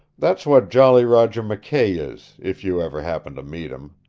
that's what jolly roger mckay is, if you ever happen to meet him.